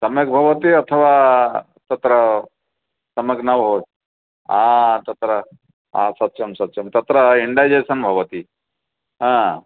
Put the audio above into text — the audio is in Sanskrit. सम्यक् भवति अथवा तत्र सम्यक् न भव आ तत्र आ सत्यं सत्यं तत्र इण्डैजेसन् भवति आ